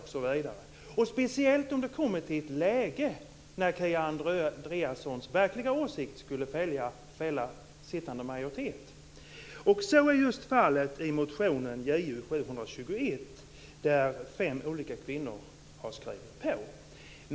Detta gäller speciellt i ett läge när Kia Andreassons verkliga åsikt skulle kunna fälla en sittande majoritet. Så var fallet just när det gäller motion Ju721, som skrivits under av fem kvinnor.